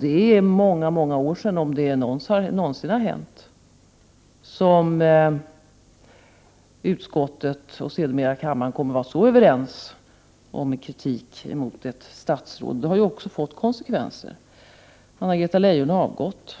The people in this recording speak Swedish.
Det är många år sedan, om det någonsin har hänt, som utskottet och sedermera kammaren har varit så överens om kritik mot ett statsråd. Det har också fått konsekvenser. Anna-Greta Leijon har avgått.